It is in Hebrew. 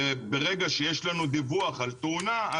ברגע שיש לנו דיווח על תאונה,